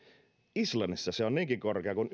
islannissa se on niinkin korkea kuin